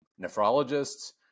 nephrologists